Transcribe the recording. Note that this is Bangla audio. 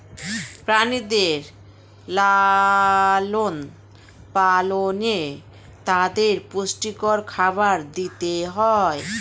প্রাণীদের লালন পালনে তাদের পুষ্টিকর খাবার দিতে হয়